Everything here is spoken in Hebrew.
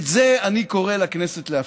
את זה אני קורא לכנסת להפסיק.